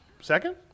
second